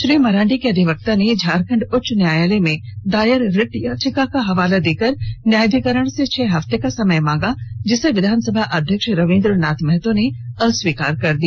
श्री मरांडी के अधिवक्ता ने झारखंड उच्च न्यायालय में दायर रिट याचिका का हवाला देकर न्यायाधीकरण से छह हफ्ते का समय मांगा जिसे विधानसभा अध्यक्ष रवीन्द्र नाथ महतो ने अस्वीकार कर दिया